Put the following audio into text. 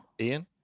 Ian